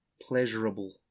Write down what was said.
pleasurable